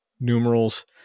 numerals